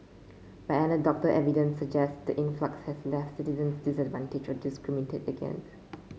but anecdotal evidence suggest the influx has left citizen by discriminated again